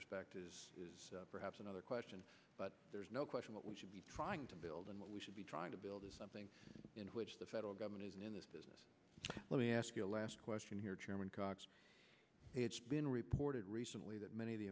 respect in this respect perhaps another question but there's no question what we should be trying to build and what we should be trying to build something in which the federal government is in this business let me ask you a last question here chairman cox it's been reported recently that many of the